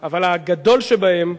אבל הגדול שבהם,